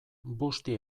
busti